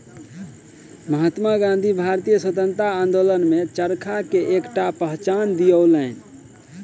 महात्मा गाँधी भारतीय स्वतंत्रता आंदोलन में चरखा के एकटा पहचान दियौलैन